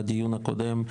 בדיון הקודם.